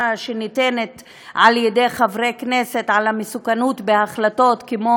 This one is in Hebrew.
שניתנת על-ידי חברי כנסת על המסוכנות בהחלטות כמו